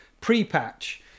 Pre-patch